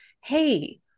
Hey